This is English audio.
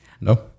No